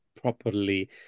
properly